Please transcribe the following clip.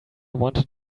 wanted